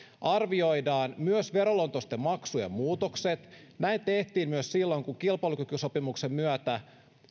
arvioidaan myös veroluontoisten maksujen muutokset näin tehtiin myös silloin kun kilpailukykysopimuksen myötä